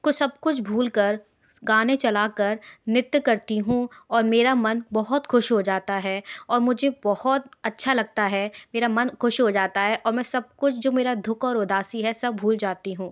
कुछ सब कुछ भूलकर गाने चलाकर नृत्य करती हूँ और मेरा मन बहुत खुश हो जाता है और मुझे बहुत अच्छा लगता है मेरा मन खुश हो जाता है और मैं सब कुछ जो मेरा दुख और उदासी है सब भूल जाती हूँ